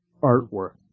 artwork